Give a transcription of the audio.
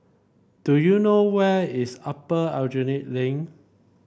do you know where is Upper Aljunied Link